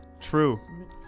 True